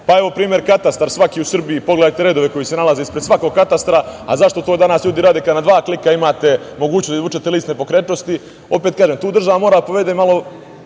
znaju. Evo, primer katastar svaki u Srbiji, pogledajte redove koji se nalaze ispred svakog katastra. Zašto to danas ljudi rade kada na dva klika imate mogućnost da izvučete list nepokretnosti? Opet kažem, tu država mora da povede malo